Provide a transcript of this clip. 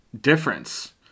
difference